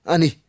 Ani